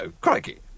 crikey